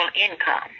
income